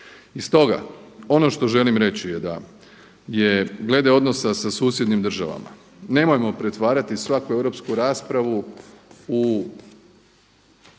I stoga, ono što želim reći je da glede odnosa sa susjednim državama nemojmo pretvarati svaku europsku raspravu u